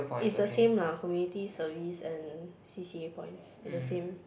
it's the same lah Community Service and C_C_A points it's the same